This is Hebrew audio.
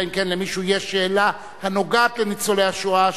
אלא אם כן למישהו יש שאלה הנוגעת לניצולי השואה,